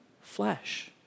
flesh